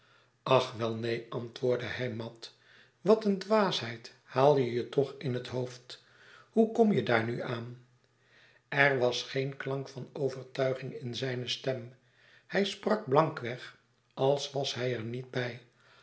ach wel neen antwoordde hij mat wat een dwaasheid haal je je toch in het hoofd hoe kom je daar nu aan er was geen klank van overtuiging in zijne stem hij sprak blankweg als was hij er niet bij